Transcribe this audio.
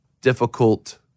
difficult